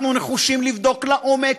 אנחנו נחושים לבדוק לעומק,